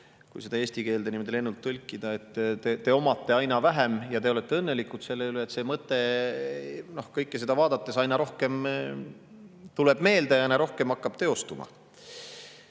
kui seda eesti keelde lennult tõlkida, on: te omate aina vähem ja te olete õnnelikud selle üle. See mõte kõike seda vaadates aina rohkem tuleb meelde, aina rohkem hakkab teostuma.